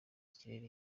ikirere